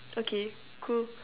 okay cool